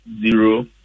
zero